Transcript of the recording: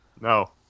No